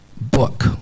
book